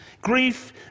grief